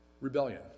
rebellion